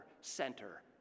center